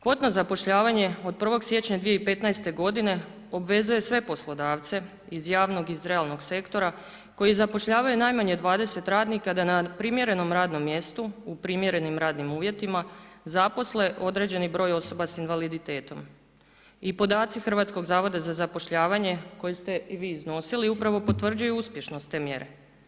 Kvotno zapošljavanje od 1. siječnja 2015. godine obvezuje sve poslodavce iz javnog i realnog sektora koji zapošljavaju najmanje 20 radnika da na primjerenom radnom mjestu, u primjerenim radnim uvjetima zaposle određeni broj osoba s invaliditetom i podaci Hrvatskog zavoda za zapošljavanje koji ste i vi iznosili, upravo potvrđuju uspješnost te mjere.